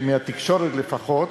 מהתקשורת לפחות,